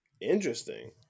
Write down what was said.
Interesting